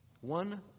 One